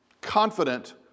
confident